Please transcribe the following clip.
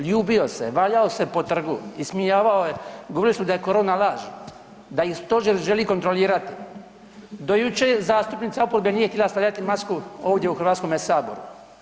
Ljubio se, valjao se po trgu, ismijavao je, govorili su da je korona laž, da ih stožer želi kontrolirati, do jučer zastupnica oporbe nije htjela stavljati masku ovdje u Hrvatskome saboru.